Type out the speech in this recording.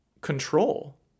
control